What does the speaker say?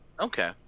Okay